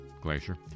glacier